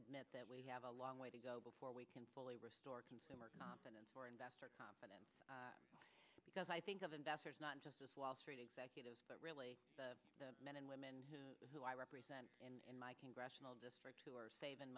admit that we have a long way to go before we can fully restore consumer confidence for investor confidence because i think of investors not just with wall street executives but really the men and women who i represent in my congressional district who are saving